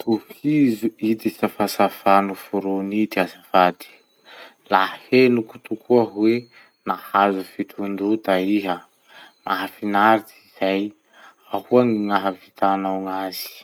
Tohizo ity safasafa noforony ity azafady: 'La henoko tokoa hoe nahazo fisondrota iha. Mahafinaritsy zay. Ahoa gny nahavitanao azy?